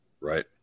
Right